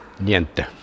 Niente